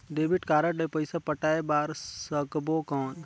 Debit card ले पइसा पटाय बार सकबो कौन?